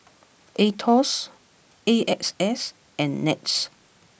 Aetos A X S and Nets